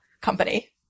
company